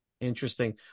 Interesting